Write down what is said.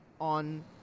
on